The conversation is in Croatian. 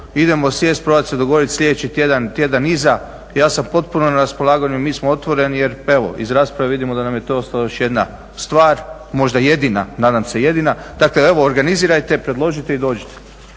Idemo sjeti, probati se dogovoriti sljedeći tjedan, tjedan iza. Ja sam potpuno na raspolaganju, mi smo otvoreni. Jer pa evo, iz rasprave vidimo da nam je to ostala još jedna stvar, možda jedina, nadam se jedina. Dakle, evo organizirajte, predložite i dođite.